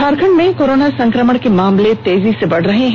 झारखंड में कोरोना संक्रमण के मामले तेजी से बढ़ रहे हैं